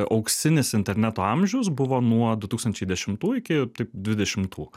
auksinis interneto amžius buvo nuo du tūkstančiai dešimtų iki dvidešimtų